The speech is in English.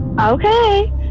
Okay